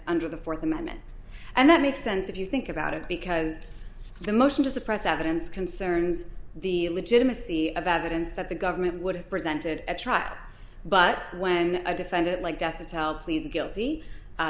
under the fourth amendment and that makes sense if you think about it because the motion to suppress evidence concerns the legitimacy of evidence that the government would have presented at trial but when a defendant like death to tell plead guilty